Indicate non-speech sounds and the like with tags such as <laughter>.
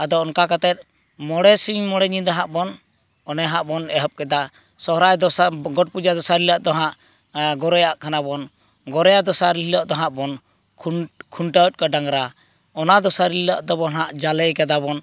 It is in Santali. ᱟᱫᱚ ᱚᱱᱠᱟ ᱠᱟᱛᱮᱫ ᱢᱚᱬᱮ ᱥᱤᱧ ᱢᱚᱬᱮ ᱧᱤᱫᱟᱹ ᱦᱟᱸᱜ ᱵᱚᱱ ᱚᱱᱮ ᱦᱟᱸᱜ ᱵᱚᱱ ᱮᱦᱚᱵ ᱠᱮᱫᱟ ᱥᱚᱦᱨᱟᱭ ᱫᱚᱥᱟᱨ ᱜᱚᱴ ᱯᱩᱡᱟᱹ ᱫᱚᱥᱟᱨ ᱦᱤᱞᱳᱜ ᱫᱚ ᱦᱟᱸᱜ ᱜᱚᱨᱚᱭᱟᱜ ᱠᱟᱱᱟ ᱵᱚᱱ ᱜᱚᱨᱚᱭᱟ ᱫᱚᱥᱟᱨ ᱦᱤᱞᱳᱜ ᱫᱚ ᱦᱟᱸᱜ ᱵᱚᱱ <unintelligible> ᱠᱷᱩᱱᱴᱟᱹᱣᱮᱫ ᱠᱚᱣᱟ ᱰᱟᱝᱨᱟ ᱚᱱᱟ ᱫᱚᱥᱟᱨ ᱦᱤᱞᱳᱜ ᱫᱚᱵᱚᱱ ᱦᱟᱸᱜ ᱡᱟᱞᱮ ᱟᱠᱟᱫᱟᱵᱚᱱ